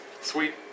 Sweet